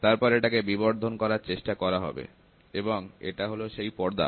তারপর এটাকে বিবর্ধন করার চেষ্টা করা হবে এবং এটা হল সেই পর্দা